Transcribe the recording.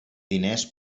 diners